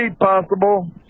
possible